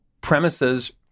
premises